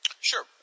Sure